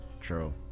true